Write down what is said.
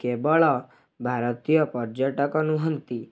କେବଳ ଭାରତୀୟ ପର୍ଯ୍ୟଟକ ନୁହଁନ୍ତି